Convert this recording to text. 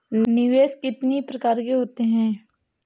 निवेश कितनी प्रकार के होते हैं?